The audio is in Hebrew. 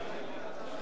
את